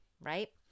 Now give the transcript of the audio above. right